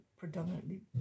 predominantly